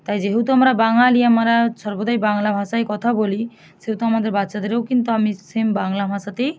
তাই যেহেতু আমরা বাঙালি আমরা সর্বদাই বাংলা ভাষায় কথা বলি সেহেতু আমাদের বাচ্চাদেরও কিন্তু আমি সেম বাংলা ভাষাতেই